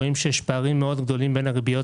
רואים שיש פערים מאוד גדולים בין הריביות